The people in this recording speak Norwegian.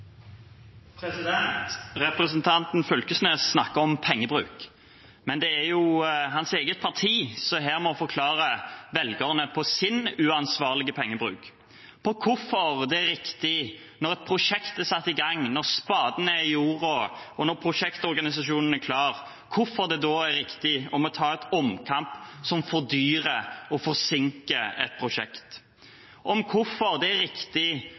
Representanten Knag Fylkesnes snakker om pengebruk, men det er hans eget parti som her må forklare velgerne om sin uansvarlige pengebruk, om hvorfor det er riktig – når et prosjekt er satt i gang, når spaden er satt i jorda, og når prosjektorganisasjonen er klar – å ta en omkamp som fordyrer og forsinker et prosjekt, om hvorfor det er riktig